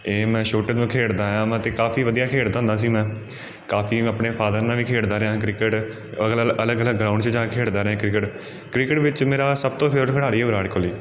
ਇਹ ਮੈਂ ਛੋਟੇ ਹੁੰਦੇ ਤੋਂ ਖੇਡਦਾ ਆਇਆ ਵਾਂ ਅਤੇ ਕਾਫ਼ੀ ਵਧੀਆ ਖੇਡਦਾ ਹੁੰਦਾ ਸੀ ਮੈਂ ਕਾਫ਼ੀ ਮੈਂ ਆਪਣੇ ਫਾਦਰ ਨਾਲ਼ ਵੀ ਖੇਡਦਾ ਰਿਹਾ ਕ੍ਰਿਕਟ ਅਲੱ ਅਲ਼ ਅਲੱਗ ਅਲੱਗ ਗਰਾਊਂਡ 'ਚ ਜਾ ਖੇਡਦਾ ਰਿਹਾ ਕ੍ਰਿਕਟ ਕ੍ਰਿਕਟ ਵਿੱਚ ਮੇਰਾ ਸਭ ਤੋਂ ਫੇਵਰੇਟ ਖਿਡਾਰੀ ਵਿਰਾਟ ਕੋਹਲੀ